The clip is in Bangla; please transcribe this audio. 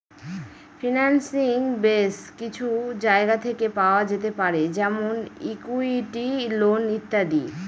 ফিন্যান্সিং বেস কিছু জায়গা থেকে পাওয়া যেতে পারে যেমন ইকুইটি, লোন ইত্যাদি